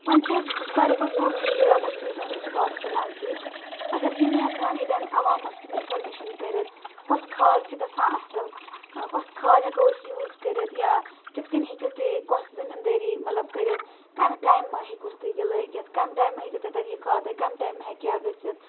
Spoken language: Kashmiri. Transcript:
وۄنۍ چھِ أسۍ ساروی کھۄتہٕ بوٚڈ چیٖز بیاکھ اَسہِ چھ ییٚتین سکاسٹہٕ نَزدیٖک اگر یِم ہیکَہٕ ہن ییٚتین عَوامَس اِنفرمیشن کٔرِتھ کۄس کھاد چھِ گَژھان اَصٕل کۄس کھاد ہیکو أسۍ یوٗز کٔرِتھ یا کِتھ کٕنۍ ہیکِو تُہۍ کۄس زٔمیٖندٲری مَطلب کٔرِتھ کَمہِ ٹایِمہٕ ہیکِوس تُہۍ یہِ لٲگِتھ کَمہِ ٹایِمہٕ ہیکِو تُہۍ یہِ کھاد ترٛٲیِتھ کَمہِ ٹایِمہٕ ہیکہِ کیاہ گٔژھِتھ